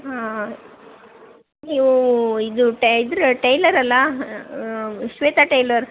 ಹಾಂ ನೀವೂ ಇದು ಟೈ ಇದ್ರ ಟೈಲರ್ ಅಲ್ಲ ಶ್ವೇತ ಟೈಲರ್